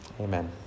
Amen